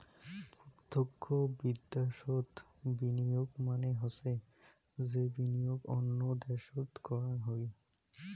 প্রতক্ষ বিদ্যাশোত বিনিয়োগ মানে হসে যে বিনিয়োগ অন্য দ্যাশোত করাং হই